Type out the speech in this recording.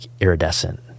iridescent